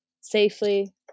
safely